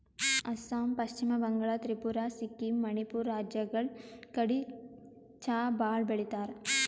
ಅಸ್ಸಾಂ, ಪಶ್ಚಿಮ ಬಂಗಾಳ್, ತ್ರಿಪುರಾ, ಸಿಕ್ಕಿಂ, ಮಣಿಪುರ್ ರಾಜ್ಯಗಳ್ ಕಡಿ ಚಾ ಭಾಳ್ ಬೆಳಿತಾರ್